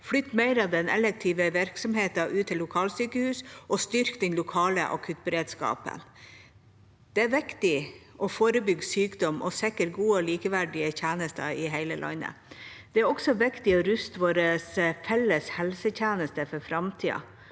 flytte mer av den elektive virksomheten ut til lokalsykehus og styrke den lokale akuttberedskapen. Det er viktig å forebygge sykdom og sikre gode og likeverdige tjenester i hele landet. Det er også viktig å ruste vår felles helsetjeneste for framtida.